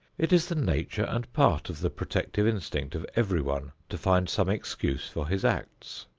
it is the nature and part of the protective instinct of everyone to find some excuse for his acts.